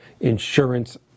insurance